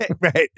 Right